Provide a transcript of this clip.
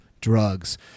drugs